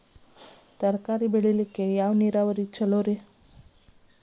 ತರಕಾರಿ ಬೆಳಿಲಿಕ್ಕ ಯಾವ ನೇರಾವರಿ ಛಲೋ?